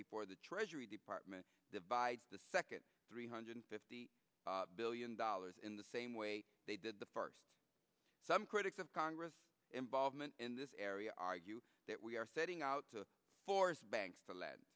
before the treasury department divides the second three hundred fifty billion dollars in the same way they did the first some critics of congress involvement in this area argue that we are setting out to force banks to le